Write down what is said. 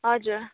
हजुर